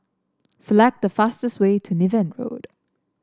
select the fastest way to Niven Road